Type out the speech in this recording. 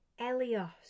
elios